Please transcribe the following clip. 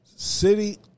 City